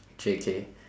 J K